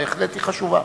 היא בהחלט חשובה.